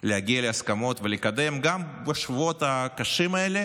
להגיע להסכמות ולקדם גם בשבועות הקשים האלה